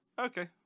Okay